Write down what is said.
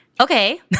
okay